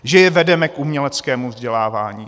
Že je vedeme k uměleckému vzdělávání.